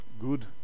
good